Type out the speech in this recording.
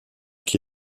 qui